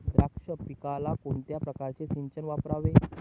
द्राक्ष पिकाला कोणत्या प्रकारचे सिंचन वापरावे?